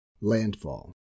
Landfall